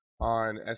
on